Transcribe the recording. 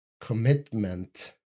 commitment